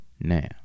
now